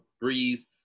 Breeze